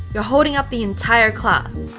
you're holding up the entire class.